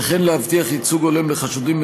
וכן להבטיח ייצוג הולם לחשודים,